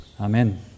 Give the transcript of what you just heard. Amen